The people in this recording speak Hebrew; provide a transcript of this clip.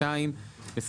1. בחוק הגנת הצרכן,